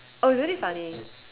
oh it's really funny